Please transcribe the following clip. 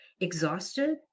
exhausted